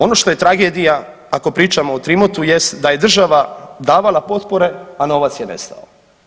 Ono što je tragedija ako pričamo o Trimotu jest da je država davala potpore, a novac je nestao.